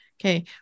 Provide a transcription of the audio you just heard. Okay